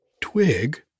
twig